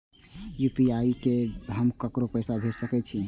बिना यू.पी.आई के हम ककरो पैसा भेज सके छिए?